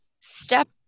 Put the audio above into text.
step